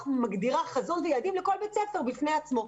ומגדירה חזון ויעדים לכל בית ספר בפני עצמו.